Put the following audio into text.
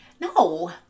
No